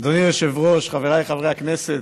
אדוני היושב-ראש, חבריי חברי הכנסת,